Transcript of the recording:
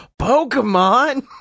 Pokemon